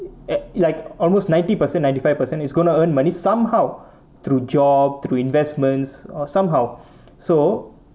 at like almost ninety percent ninety five percent is gonna earn money somehow through job through investments or somehow so